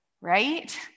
right